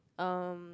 um